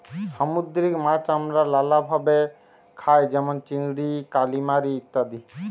সামুদ্দিরিক মাছ আমরা লালাভাবে খাই যেমল চিংড়ি, কালিমারি ইত্যাদি